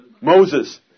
Moses